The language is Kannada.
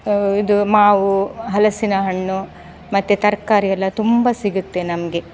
ಇದು ಮಾವು ಹಲಸಿನ ಹಣ್ಣು ಮತ್ತು ತರಕಾರಿ ಎಲ್ಲ ತುಂಬ ಸಿಗುತ್ತೆ ನಮಗೆ